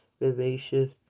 vivacious